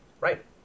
Right